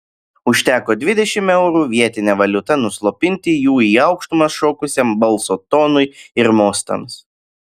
užteko dvidešimt eurų vietine valiuta nuslopinti jų į aukštumas šokusiam balso tonui ir mostams